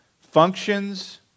functions